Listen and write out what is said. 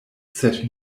sed